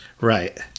Right